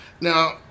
Now